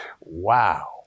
Wow